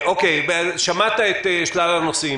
שמעת את שלל הנושאים,